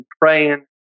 praying